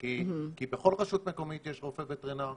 כי בכל רשות מקומית יש רופא וטרינר,